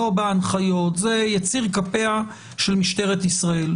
לא בהנחיות זה יציר כפיה של משטרת ישראל,